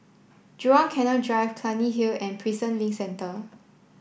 Jurong Canal Drive Clunny Hill and Prison Link Centre